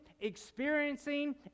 experiencing